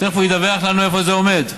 ותכף הוא ידווח לנו איפה זה עומד.